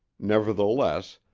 nevertheless,